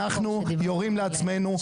אנחנו יורים לעצמנו,